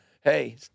hey